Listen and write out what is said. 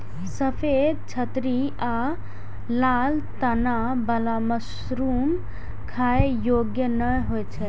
सफेद छतरी आ लाल तना बला मशरूम खाइ योग्य नै होइ छै